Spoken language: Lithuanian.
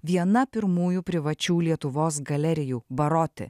viena pirmųjų privačių lietuvos galerijų baroti